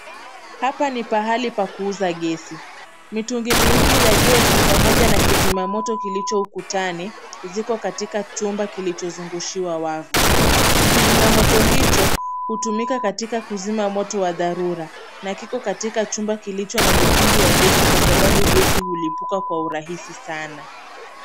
Hapa ni pahali pa kuuza gesi, mitungi miwili ya gesi pamoja na kizima moto kilicho ukutani ziko katika chumba kilichozungushiwa wavu. Kizima moto hicho hutumika katika kuzima moto wa dharura, na kiko katika chumba kilicho na mitungi ya gesi kwa sababu gesi hulipuka kwa urahisi sana.